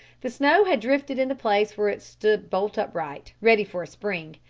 the snow had drifted in the place where it stood bolt upright, ready for a spring,